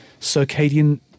circadian